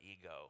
ego